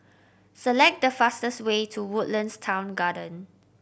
select the fastest way to Woodlands Town Garden